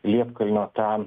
liepkalnio tą